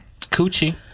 coochie